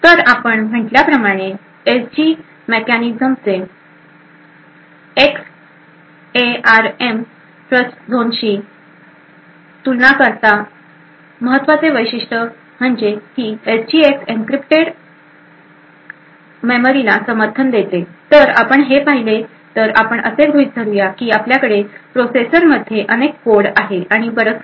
तर आपण म्हटल्याप्रमाणे एस जी मेकॅनिझमचे एक्सएआरएम ट्रस्टझोनशी तुलना करता महत्वाचे वैशिष्ट म्हणजे की एसजीएक्स एन्क्रिप्टेड मेमरीला समर्थन देते जर आपण हे पाहिले तर आपण असे गृहीत धरूया की आपल्याकडे प्रोसेसर मध्ये अनेक कोड आहे आणि बरंच काही